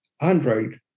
Android